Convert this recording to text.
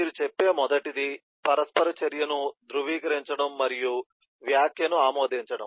మీరు చెప్పే మొదటిది పరస్పర చర్య ను ధృవీకరించడం మరియు వ్యాఖ్యను ఆమోదించడం